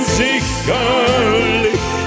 sicherlich